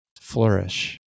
flourish